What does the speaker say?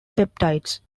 peptides